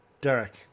Derek